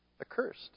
accursed